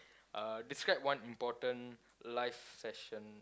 uh describe one important life lesson